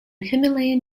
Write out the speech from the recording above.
himalayan